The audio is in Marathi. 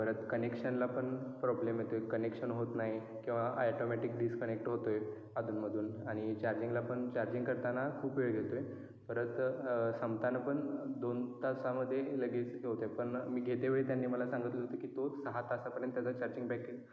परत कनेक्शनला पण प्रॉब्लेम येतो आहे कनेक्शन होत नाही किंवा ॲटोमॅटिक डिस्कनेक्ट होतो आहे अधूनमधून आणि चार्जिंगला पण चार्जिंग करताना खूप वेळ घेतो आहे परत संपताना पण दोन तासामध्ये लगेच हे होतं आहे पण मी घेतेवेळी त्यांनी मला सांगतलं होतं की तो सहा तासापर्यंत चार्जिंग बॅक